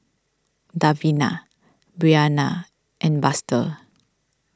Davina Brianna and Buster